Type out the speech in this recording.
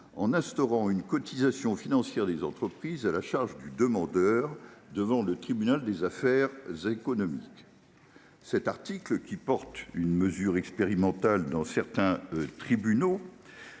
en instaurant une cotisation financière des entreprises, à la charge du demandeur devant le tribunal des activités économiques. Cet article, qui prévoit une mesure expérimentale dans certains tribunaux